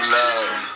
love